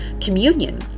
communion